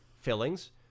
fillings